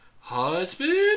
husband